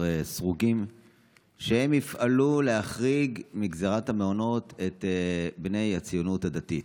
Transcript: סרוגים שהם יפעלו להחריג מגזרת המעונות את בני הציונות הדתית.